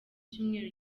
cyumweru